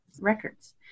records